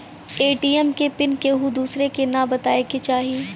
ATM के PIN केहू दुसरे के न बताए के चाही